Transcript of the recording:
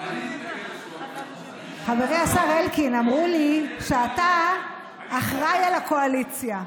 חברי השר אלקין, אמרו לי שאתה אחראי לקואליציה,